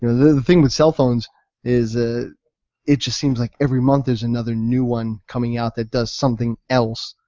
you know the the thing with cellphones is that ah it just seems like every month there's another new one coming out that does something else,